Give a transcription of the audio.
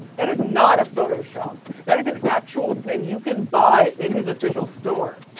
that is not a photoshop. that is an actual thing you can buy in his official store.